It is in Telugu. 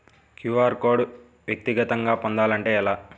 క్యూ.అర్ కోడ్ వ్యక్తిగతంగా పొందాలంటే ఎలా?